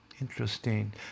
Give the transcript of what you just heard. Interesting